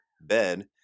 bed